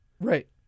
Right